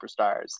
superstars